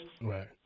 Right